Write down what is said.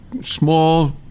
small